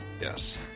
Yes